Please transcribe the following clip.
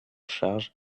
charge